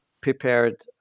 prepared